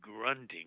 grunting